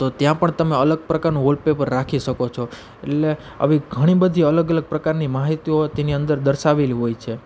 તો ત્યાં પણ તમે અલગ પ્રકારનું વોલપેપર રાખી શકો છો એટલે આવી ઘણી બધી અલગ અલગ પ્રકારની માહિતીઓ તેની અંદર દર્શાવેલી હોય છે